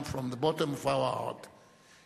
ציון תרומתם של הארגונים הנוצריים